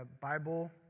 Bible